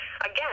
again